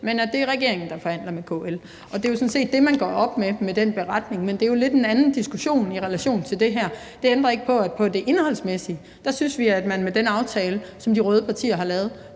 men at det er regeringen, der forhandler med KL. Og det er jo sådan set det, man gør op med, i den beretning, men det er jo lidt en anden diskussion i relation til det her. Det ændrer ikke på, at i forhold til det indholdsmæssige synes vi, at man med den aftale, som de røde partier har lavet,